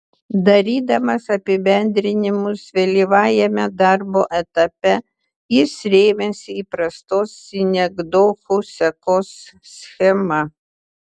darydamas apibendrinimus vėlyvajame darbo etape jis rėmėsi įprastos sinekdochų sekos schema